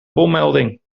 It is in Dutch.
bommelding